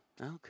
Okay